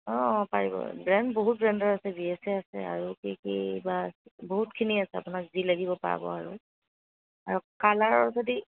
অঁ অঁ পাৰিব ব্ৰেণ্ড বহুত ব্ৰেণ্ডৰ আছে বি এছ এ আছে আৰু কি কি বা বহুতখিনি আছে আপোনাক যি লাগিব পাব আৰু আৰু কালাৰৰ যদি